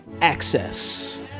access